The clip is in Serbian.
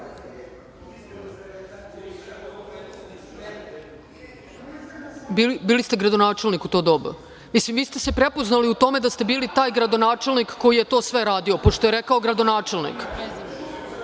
ste gradonačelnik u to doba. Mislim, vi ste se prepoznali u tome da ste bili taj gradonačelnik koji je to sve radio, pošto je rekao gradonačelnik. Hajde,